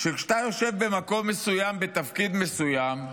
שכשאתה יושב במקום מסוים ובתפקיד מסוים,